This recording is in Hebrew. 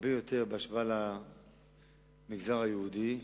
בהשוואה למגזר היהודי.